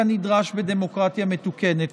כנדרש בדמוקרטיה מתוקנת.